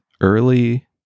early